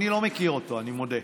אני לא מכיר אותו, אני מודה.